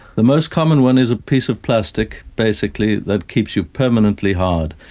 the most common one is a piece of plastic basically that keeps you permanently hard.